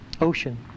ocean